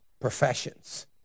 professions